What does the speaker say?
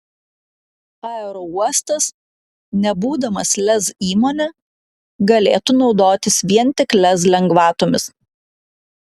aerouostas nebūdamas lez įmone galėtų naudotis vien tik lez lengvatomis